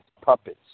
puppets